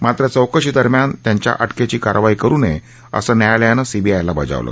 मात्र चौकशी दरम्यान त्यांच्या अटकेची कारवाई करु नये असं न्यायालयानं सीबीआयला बजावलं